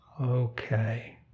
Okay